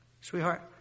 sweetheart